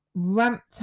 ramped